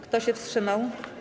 Kto się wstrzymał?